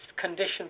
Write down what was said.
conditions